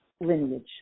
lineage